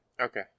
Okay